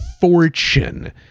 fortune